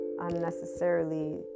unnecessarily